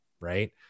right